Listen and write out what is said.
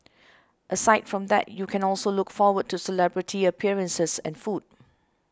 aside from that you can also look forward to celebrity appearances and food